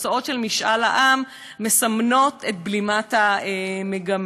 והתוצאות של משאל העם מסמנות את בלימת המגמה.